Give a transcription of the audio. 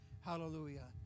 Hallelujah